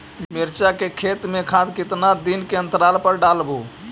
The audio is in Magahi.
मिरचा के खेत मे खाद कितना दीन के अनतराल पर डालेबु?